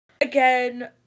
again